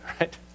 right